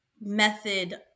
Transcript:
method